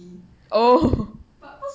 oh